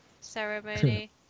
ceremony